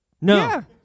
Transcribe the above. No